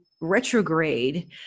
retrograde